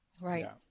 Right